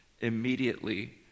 immediately